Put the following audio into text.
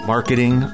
Marketing